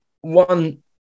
one